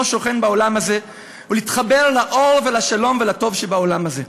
שוכן בעולם הזה ולהתחבר לאור ולשלום ולטוב שבעולם הזה.